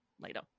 later